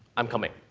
i'm coming.